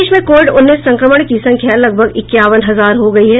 प्रदेश में कोविड उन्नीस संक्रमण की संख्या लगभग इक्यावन हजार हो गयी है